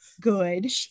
good